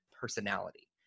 personality